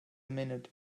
minute